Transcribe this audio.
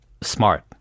smart